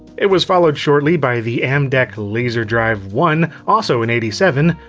it was followed shortly by the amdek laserdrive one, also in eighty seven,